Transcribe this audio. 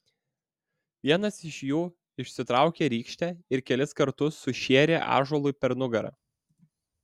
vienas iš jų išsitraukė rykštę ir kelis kartus sušėrė ąžuolui per nugarą